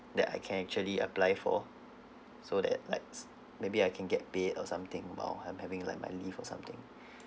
that I can actually apply for so that likes maybe I can get paid or something while I'm having like my leave or something